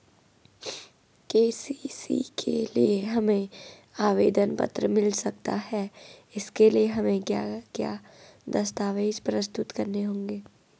KCC के लिए हमें आवेदन पत्र मिल सकता है इसके लिए हमें क्या क्या दस्तावेज़ प्रस्तुत करने होंगे?